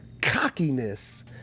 cockiness